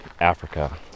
Africa